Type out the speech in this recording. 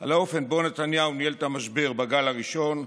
על האופן שבו נתניהו ניהל את המשבר בגל הראשון,